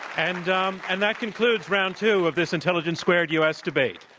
and um and that concludes round two of this intelligence squared u. s. debate.